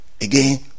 Again